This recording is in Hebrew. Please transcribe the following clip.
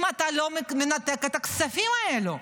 אם אתה לא מנתק את הכספים האלו?